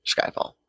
Skyfall